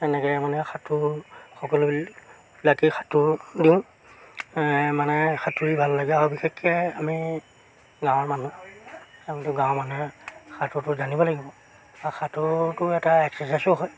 এনেকৈ মানে সাঁতোৰ সকলোবিলাকেই সাঁতোৰ দিওঁ মানে সাঁতুৰি ভাল লাগে আৰু বিশেষকৈ আমি গাঁৱৰ মানুহ আমিতো গাঁৱৰ মানুহে সাঁতোৰতো জানিব লাগিব আৰু সাঁতোৰতো এটা এক্সাৰচাইজো হয়